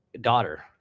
daughter